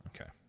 Okay